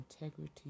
integrity